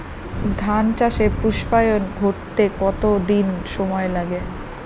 ধান চাষে পুস্পায়ন ঘটতে কতো দিন সময় লাগে?